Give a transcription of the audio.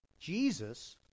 Jesus